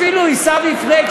אפילו עיסאווי פריג',